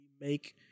make